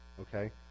okay